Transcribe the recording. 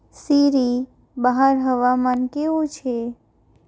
સીરી બહાર હવામાન કેવું છે